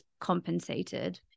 compensated